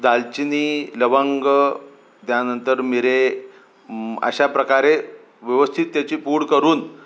दालचिनी लवंग त्यानंतर मिरे म अशा प्रकारे व्यवस्थित त्याची पूड करून